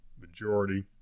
majority